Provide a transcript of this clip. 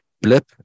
blip